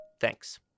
Thanks